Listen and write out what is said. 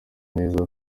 neza